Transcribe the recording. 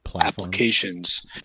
applications